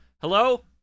Hello